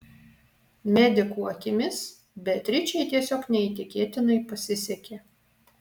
medikų akimis beatričei tiesiog neįtikėtinai pasisekė